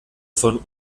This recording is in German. von